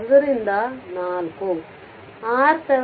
ಆದ್ದರಿಂದ 4